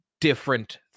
different